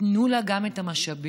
תנו לה גם את המשאבים